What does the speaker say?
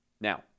Now